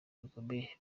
bikomeye